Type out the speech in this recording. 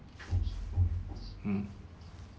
mm